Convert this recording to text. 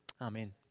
Amen